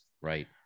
right